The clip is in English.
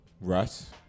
Russ